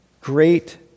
great